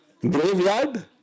graveyard